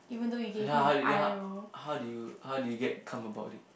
ya how did it how did you how did you get come about it